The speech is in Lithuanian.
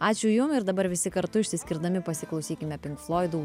ačiū jum ir dabar visi kartu išsiskirdami pasiklausykime pink floidų